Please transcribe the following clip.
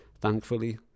thankfully